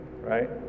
right